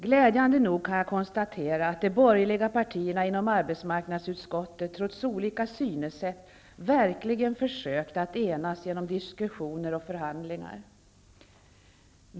Glädjande nog kan jag konstatera att de borgerliga partierna inom arbetsmarknadsutskottet -- trots olika synsätt -- verkligen har försökt att enas genom diskussioner och förhandlingar.